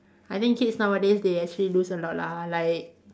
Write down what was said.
I think kids nowadays they actually lose a lot lah like